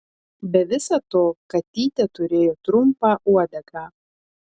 be viso to katytė turėjo trumpą uodegą